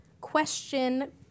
question